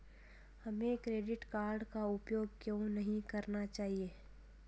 हमें credit card का उपयोग क्यों नहीं करना चाहिए?